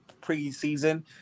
preseason